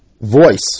voice